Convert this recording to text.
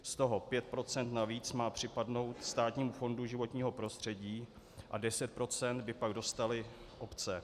Z toho 5 % navíc má připadnout Státnímu fondu životního prostředí a 10 % by pak dostaly obce.